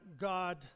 God